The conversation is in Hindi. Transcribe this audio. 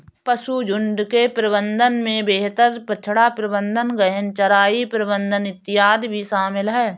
पशुझुण्ड के प्रबंधन में बेहतर बछड़ा प्रबंधन, गहन चराई प्रबंधन इत्यादि भी शामिल है